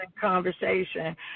conversation